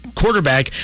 quarterback